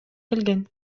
келген